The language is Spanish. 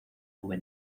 nube